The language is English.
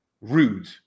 rude